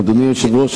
אדוני היושב-ראש,